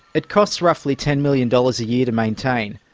it costs roughly ten million dollars a year to maintain,